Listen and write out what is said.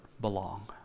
belong